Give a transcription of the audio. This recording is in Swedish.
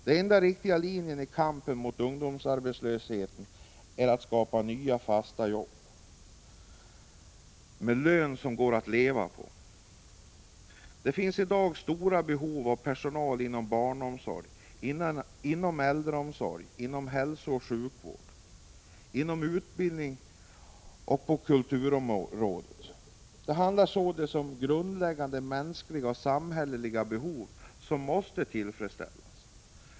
Den enda riktiga linjen i kampen mot ungdomsarbetslösheten är att skapa nya fasta jobb med löner som går att leva på. Det finns i dag stora behov av mer personal inom barnomsorgen, inom äldreomsorgen, inom hälsooch sjukvården, inom utbildningen och på kulturområdet. Det handlar således om grundläggande mänskliga och samhälleliga behov som måste tillfredsställas.